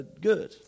Good